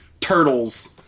turtles